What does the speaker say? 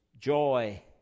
joy